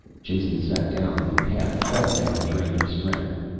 jason sat down then, half fell down, drained of strength.